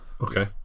Okay